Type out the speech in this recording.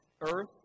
earth